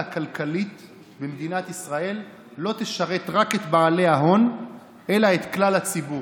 הכלכלית במדינת ישראל לא תשרת רק את בעלי ההון אלא את כלל הציבור.